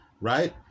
right